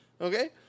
okay